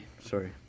sorry